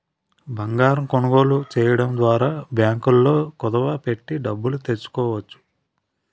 బంగారం కొనుగోలు చేయడం ద్వారా బ్యాంకుల్లో కుదువ పెట్టి డబ్బులు తెచ్చుకోవచ్చు